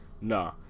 nah